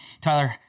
tyler